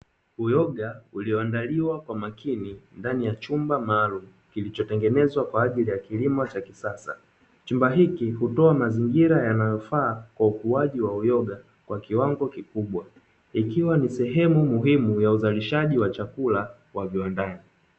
Uyoga ulioandaliwa kwa makini ndani ya chumba maalumu kilichotengenezwa kwa ajili ya kilimo cha kisasa. Chumba hiki hutoa mazingira yanayofaa kwa ukuaji wa uyoga kwa kiwango kikubwa, ikiwa ni sehemu muhimu ya uzalishaji chakula wa viwandani.